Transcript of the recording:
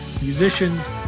musicians